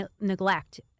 neglect